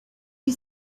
you